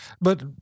But-